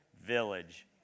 village